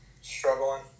Struggling